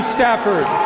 Stafford